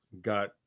got